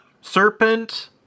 Serpent